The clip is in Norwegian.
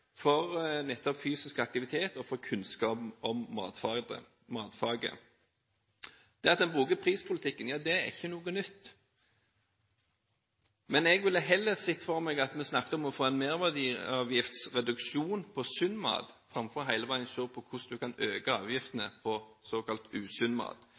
for nettopp fysisk aktivitet og kunnskap om matfaget. Det at en bruker prispolitikken, er ikke noe nytt. Men jeg ville heller sett for meg at vi snakket om å få en merverdiavgiftsreduksjon på sunn mat, framfor hele veien å se på hvordan en kan øke